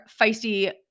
feisty